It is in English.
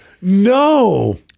No